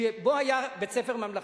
שבו היה בית-ספר ממלכתי.